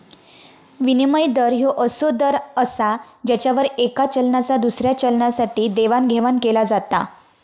विनिमय दर ह्यो असो दर असा ज्यावर येका चलनाचा दुसऱ्या चलनासाठी देवाणघेवाण केला जाता